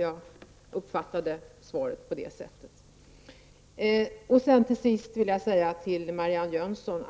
Jag uppfattade hans svar på det sättet. Till sist vill jag vända mig till Marianne Jönsson.